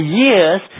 years